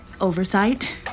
oversight